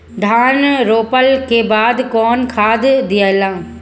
धान रोपला के बाद कौन खाद दियाला?